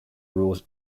rules